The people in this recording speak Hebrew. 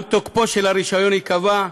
גם תוקפו של הרישיון ייקבע,